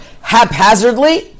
haphazardly